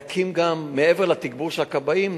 מעבר לתגבור של הכבאים,